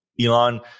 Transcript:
Elon –